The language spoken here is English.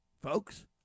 Folks